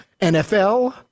NFL